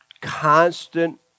constant